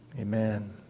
Amen